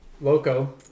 loco